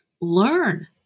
learn